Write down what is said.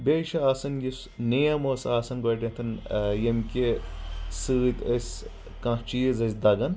بیٚیہِ چھِ آسان یۄس نیم ٲسۍ اسان گۄڈٕنیٚتھ ییٚمہِ کہِ سۭتۍ أسۍ کانٛہہ چیٖر ٲسۍ دگان